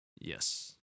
Yes